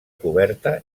coberta